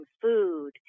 food